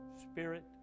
spirit